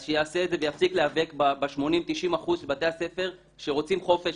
אז שיעשה את זה ויפסיק להיאבק ב-80%-90% מבתי הספר שרוצים חופש,